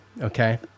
Okay